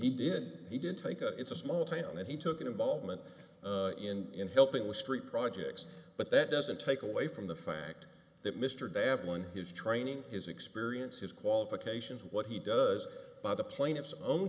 he did he did take a it's a small town and he took an involvement in in helping with street projects but that doesn't take away from the fact that mr dappling his training his experience his qualifications what he does by the plaintiff's own